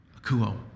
Akuo